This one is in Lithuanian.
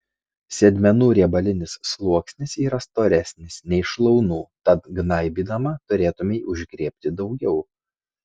sėdmenų riebalinis sluoksnis yra storesnis nei šlaunų tad gnaibydama turėtumei užgriebti daugiau